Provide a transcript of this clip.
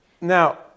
Now